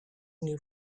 new